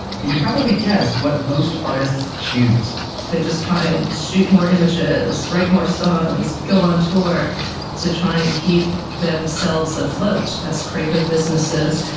you can probably guess what most artists choose they just try and shoot more images, write more songs, go on tour to try and keep themselves afloat as creative businesses,